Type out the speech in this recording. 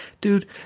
Dude